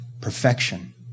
perfection